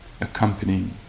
Accompanying